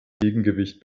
gegengewicht